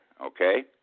okay